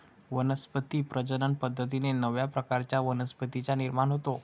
वनस्पती प्रजनन पद्धतीने नव्या प्रकारच्या वनस्पतींचा निर्माण होतो